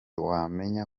wamenya